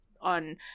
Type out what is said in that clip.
on